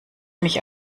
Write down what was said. mich